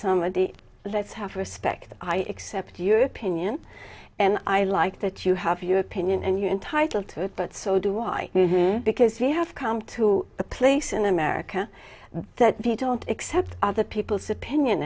somebody let's have respect i accept your opinion and i like that you have your opinion and you entitled to it but so do i because we have come to a place in america that the don't accept other people's opinion